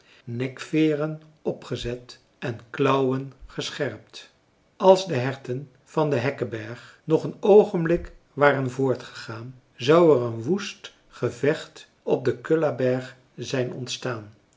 nekveeren opgezet en klauwen gescherpt als de herten van den häckeberg nog een oogenblik waren voortgegaan zou er een woest gevecht op den kullaberg zijn ontstaan